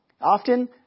Often